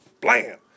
blam